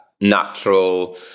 natural